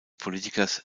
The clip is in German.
politikers